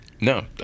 No